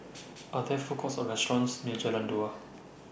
Are There Food Courts Or restaurants near Jalan Dua